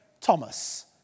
Thomas